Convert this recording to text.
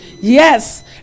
Yes